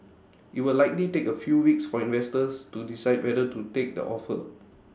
IT will likely take A few weeks for investors to decide whether to take the offer